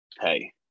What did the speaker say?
hey